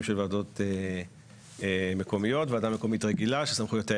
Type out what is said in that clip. של ועדות מקומית: ועדה מקומית רגילה שיש לה